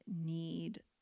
need